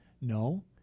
No